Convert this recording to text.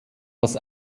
das